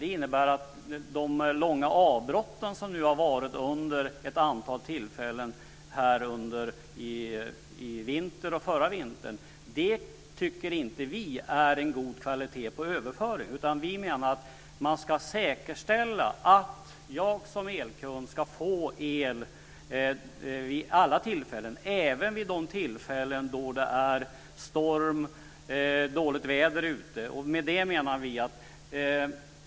Vi tycker inte att de långa avbrott som nu har varit vid ett antal tillfällen i vinter och under förra vintern är en god kvalitet på överföring. Vi menar att man ska säkerställa att jag som elkund ska få el vid alla tillfällen, och även vid de tillfällen då det är storm eller dåligt väder ute.